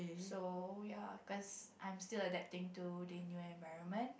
so ya cause I'm still adapting to the new environment